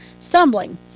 stumbling